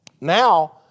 Now